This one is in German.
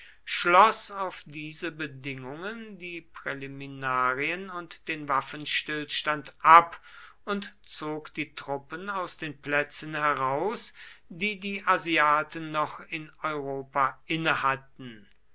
schloß auf diese bedingungen die präliminarien und den waffenstillstand ab und zog die truppen aus den plätzen heraus die die asiaten noch in europa innehatten